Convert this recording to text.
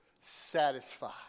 satisfied